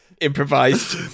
improvised